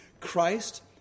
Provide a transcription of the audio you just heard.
Christ